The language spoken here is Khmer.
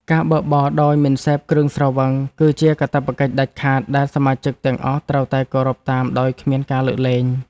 ការបើកបរដោយមិនសេពគ្រឿងស្រវឹងគឺជាកាតព្វកិច្ចដាច់ខាតដែលសមាជិកទាំងអស់ត្រូវតែគោរពតាមដោយគ្មានការលើកលែង។